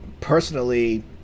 personally